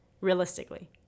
Realistically